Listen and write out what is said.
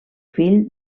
fill